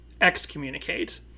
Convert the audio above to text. excommunicate